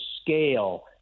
scale